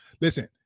Listen